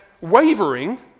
wavering